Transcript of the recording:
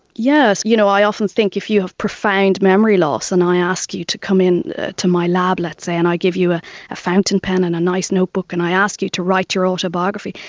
yes, you know i often think if you have profound memory loss and i ask you to come in to my lab, let's say, and i give you ah a fountain pen and a nice notebook and i ask you to write your autobiography,